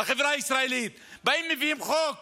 החברה הישראלית, באים ומביאים חוק